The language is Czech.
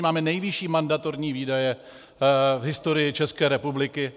Máme nejvyšší mandatorní výdaje v historii České republiky.